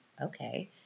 okay